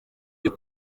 byo